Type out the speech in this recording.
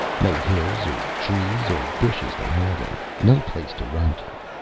no hills or trees or bushes to hide in. no place to run to.